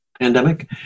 pandemic